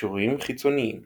קישורים חיצוניים